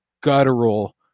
guttural